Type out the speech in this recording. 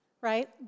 right